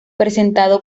presentado